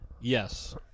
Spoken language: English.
Yes